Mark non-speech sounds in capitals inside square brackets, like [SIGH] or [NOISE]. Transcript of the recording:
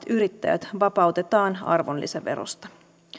[UNINTELLIGIBLE] yrittäjät vapautetaan arvonlisäverosta